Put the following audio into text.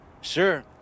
sure